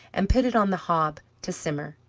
and put it on the hob to simmer,